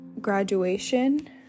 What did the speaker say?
graduation